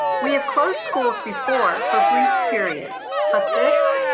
we have closed schools before for brief periods, but this,